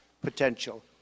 potential